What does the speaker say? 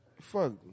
Fuck